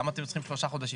למה אתם צריכים שלושה חודשים?